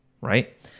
right